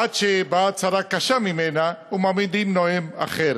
עד שבאה צרה קשה ממנה ומעמידין נואם אחר.